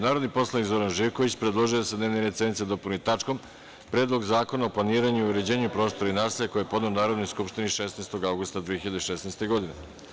Narodni poslanik Zoran Živković, predložio je da se dnevni red sednice dopuni tačkom - Predlog zakona o planiranju i uređenju prostora i naselja, koji je podneo Narodnoj skupštini 16. avgusta 2016. godine.